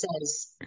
says